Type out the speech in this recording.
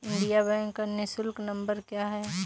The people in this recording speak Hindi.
इंडियन बैंक का निःशुल्क नंबर क्या है?